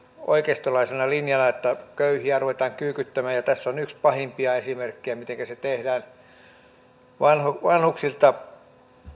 oikeistolaisena linjana että köyhiä ruvetaan kyykyttämään tässä on yksi pahimpia esimerkkejä mitenkä se tehdään vanhuksilta